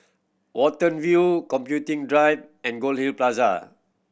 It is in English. Watten View Computing Drive and Goldhill Plaza